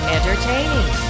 Entertaining